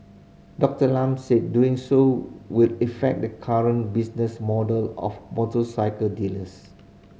Doctor Lam said doing so will effect the current business model of motorcycle dealers